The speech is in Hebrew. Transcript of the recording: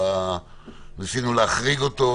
וניסינו להחריג אותו.